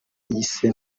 yise